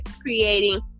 creating